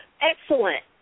Excellent